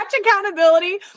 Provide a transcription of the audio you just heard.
accountability